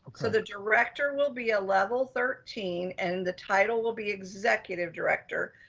so the director will be a level thirteen and the title will be executive director.